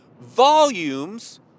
volumes